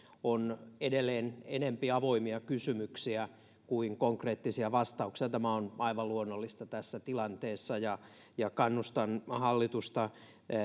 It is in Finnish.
on edelleen enempi avoimia kysymyksiä kuin konkreettisia vastauksia tämä on aivan luonnollista tässä tilanteessa ja ja kannustan hallitusta